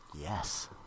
Yes